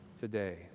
today